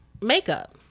makeup